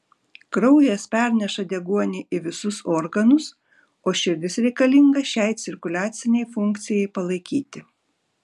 kraujas perneša deguonį į visus organus o širdis reikalinga šiai cirkuliacinei funkcijai palaikyti